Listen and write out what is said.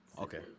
Okay